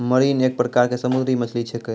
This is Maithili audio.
मरीन एक प्रकार के समुद्री मछली छेकै